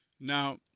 Now